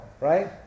right